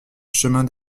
chemin